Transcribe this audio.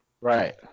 right